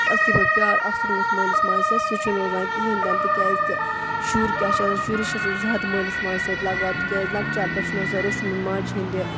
یُس اَصلی پٲٹھۍ پیار آسُن گوٚژھ مٲلِس ماجہِ سۭتۍ سُہ چھُنہٕ روزان کِہیٖنۍ تہِ نہٕ تِکیٛازِ تہِ شُر کیٛاہ چھِ آسان شُرِس چھِ آسان زیادٕ مٲلِس ماجہِ سۭتۍ لَگاو تِکیٛازِ لَکچار پٮ۪ٹھ چھُنہٕ آسان روٚچھمُت ماجہِ ہِنٛدِ